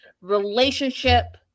relationship